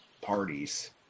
parties